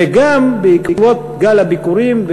וגם בעקבות גל הביקורים,